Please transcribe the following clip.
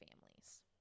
families